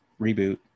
reboot